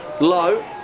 low